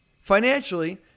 financially